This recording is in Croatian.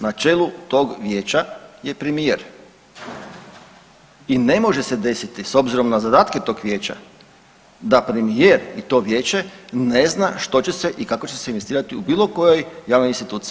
Na čelu tog Vijeća je premijer i ne može se desiti s obzirom na zadatke toga Vijeća da premijer i to Vijeće ne zna što će se i kako će se investirati u bilo kojoj javnoj instituciji.